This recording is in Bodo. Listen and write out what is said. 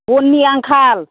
बननि आंखाल